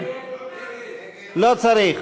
דניאל עטר,